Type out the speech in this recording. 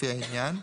לפי העניין,